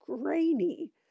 grainy